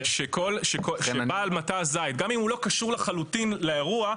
-- גם אם הוא לא קשור לחלוטין לאירוע,